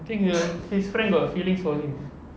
I think the his friend got feelings for him